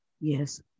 yes